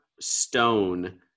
stone